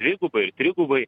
dvigubai ir trigubai